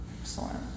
Excellent